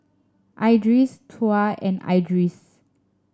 Idris Tuah and Idris